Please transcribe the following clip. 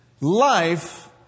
life